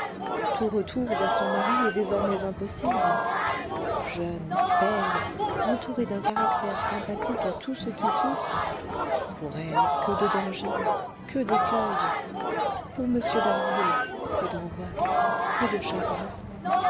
tout retour vers son mari est désormais impossible jeune belle entourée d'un caractère sympathique à tout ce qui souffre pour elle que de dangers que d'écueils pour m d'harville que d'angoisses que de chagrins